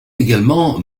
également